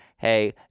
Hey